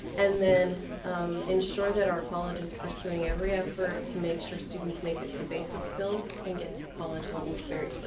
and then ensure that our college is pursuing every effort to make sure students make it through basic skills and get to college level very